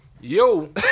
Yo